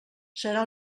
serà